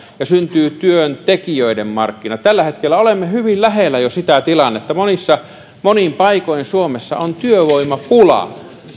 ja syntyy työntekijöiden markkinat tällä hetkellä olemme jo hyvin lähellä sitä tilannetta monin paikoin suomessa on työvoimapula